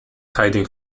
hiding